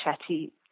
chatty